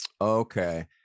okay